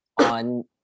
on